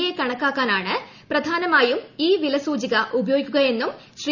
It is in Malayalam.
എ കണക്കാക്കാനാണ് പ്രധാനമായും ഇൌ വിലസൂചിക ഉപയോഗിക്കുക എന്നും ശ്രീ